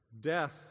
Death